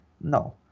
No